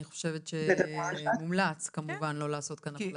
אני חושבת שמומלץ כמובן לא לעשות כאן אפליה.